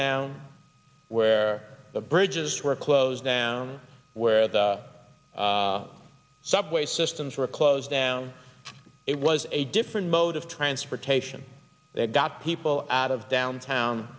down where the bridges were closed down where the subway systems were closed down it was a different mode of transportation they got people out of downtown